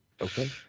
Okay